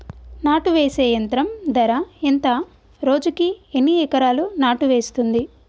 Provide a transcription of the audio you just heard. నాటు వేసే యంత్రం ధర ఎంత రోజుకి ఎన్ని ఎకరాలు నాటు వేస్తుంది?